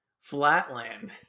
flatland